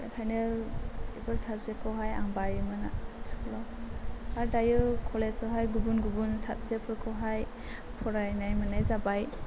बेनिखायनो बेफोर साबजेक्ट खौहाय आं बायोमोन स्कुल आव आरो दायो कलेज आवहाय गुबुन गुबुन साबजेक्ट फोरखौहाय फरायनो मोननाय जाबाय